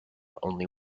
only